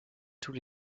tous